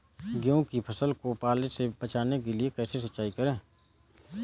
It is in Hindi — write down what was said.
गेहूँ की फसल को पाले से बचाने के लिए कैसे सिंचाई करें?